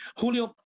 Julio